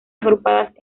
agrupadas